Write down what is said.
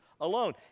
alone